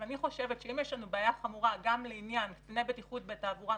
אני חושבת שאם יש לנו בעיה חמורה גם לעניין קציני בטיחות בתעבורה,